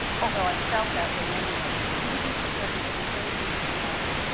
although i felt that way anyway. introduces everybody, saved me for last,